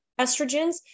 estrogens